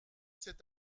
cet